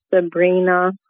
Sabrina